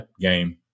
game